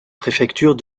préfecture